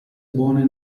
buone